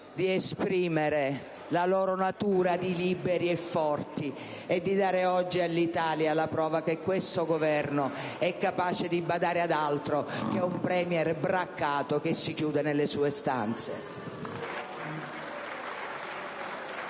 di esprimere la loro natura di liberi e forti e di dare oggi all'Italia la prova che questo Governo è capace di badare ad altro che ad un *Premier* braccato che si chiude nelle sue stanze.